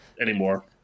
anymore